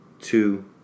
Two